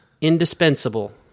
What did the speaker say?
indispensable